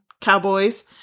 cowboys